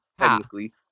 technically